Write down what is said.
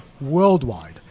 worldwide